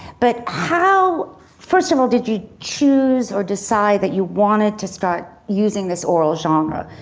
but how first of all did you choose or decide that you wanted to start using this oral genre?